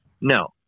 No